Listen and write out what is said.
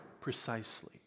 Precisely